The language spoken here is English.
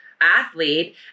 athlete